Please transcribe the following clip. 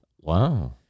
Wow